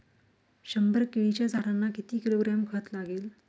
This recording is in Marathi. शंभर केळीच्या झाडांना किती किलोग्रॅम खत लागेल?